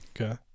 okay